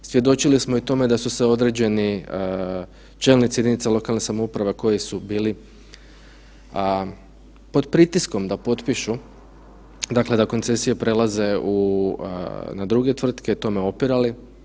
Svjedočili smo i tome da su se određeni čelnici jedinica lokalne samouprave koji su bili pod pritiskom da potpišu dakle da koncesije prelaze u, na druge tvrtke, tome opirali.